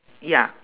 ya